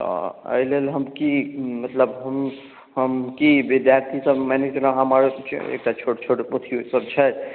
एहि लेल की मतलब हम हम कि विद्यार्थीसभ मानि लिअ जेना हमर एकटा छोट छोट अथियोसभ छथि